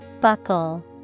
Buckle